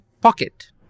Pocket